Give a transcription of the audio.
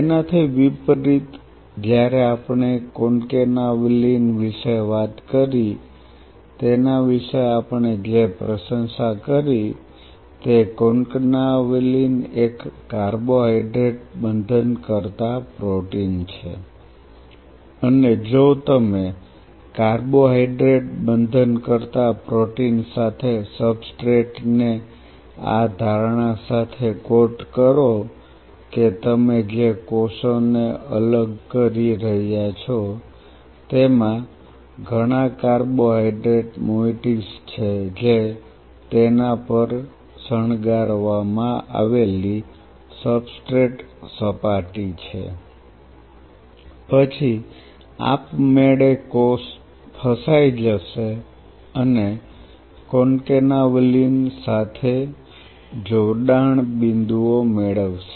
તેનાથી વિપરીત જ્યારે આપણે કોન્કેનાવલિન વિશે વાત કરી તેના વિશે આપણે જે પ્રશંસા કરી તે કોન્કાનાવાલીન એક કાર્બોહાઇડ્રેટ બંધનકર્તા પ્રોટીન છે અને જો તમે કાર્બોહાઇડ્રેટ બંધનકર્તા પ્રોટીન સાથે સબસ્ટ્રેટને આ ધારણા સાથે કોટ કરો કે તમે જે કોષોને અલગ કરી રહ્યા છો તેમાં ઘણાં કાર્બોહાઇડ્રેટ મોઇટીસ છે જે તેના પર શણગારવામાં આવેલી સબસ્ટ્રેટ સપાટી છે પછી આપમેળે કોષ ફસાઈ જશે અથવા કોન્કેનાવલિન સાથે જોડાણ બિંદુઓ મેળવશે